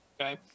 okay